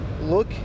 look